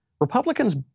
Republicans